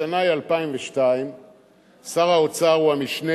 השנה היא 2002. שר האוצר הוא המשנה,